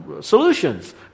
solutions